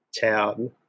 town